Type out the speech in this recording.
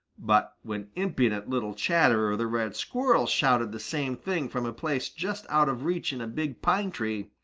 but when impudent little chatterer the red squirrel shouted the same thing from a place just out of reach in a big pine-tree,